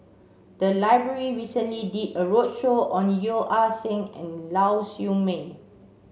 the library recently did a roadshow on Yeo Ah Seng and Lau Siew Mei